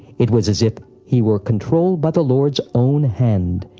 it was as if he were controlled by the lord's own hand,